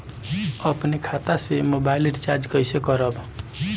अपने खाता से मोबाइल रिचार्ज कैसे करब?